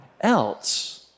else